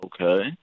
Okay